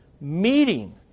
Meeting